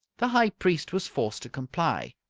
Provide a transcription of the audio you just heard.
the high priest was forced to comply.